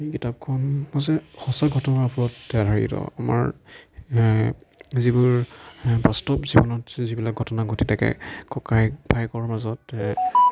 সেই কিতাপখন হৈছে সঁচা ঘটনাৰ ওপৰত আধাৰিত আমাৰ যিবোৰ বাস্তৱ জীৱনত যিবিলাক ঘটনা ঘটি থাকে ককায়েক ভায়েকৰ মাজত